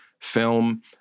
film